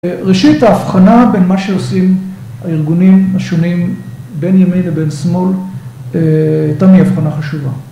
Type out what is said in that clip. ראשית, ההבחנה בין מה שעושים הארגונים השונים, בין ימין לבין שמאל, יותר מהבחנה חשובה.